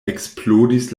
eksplodis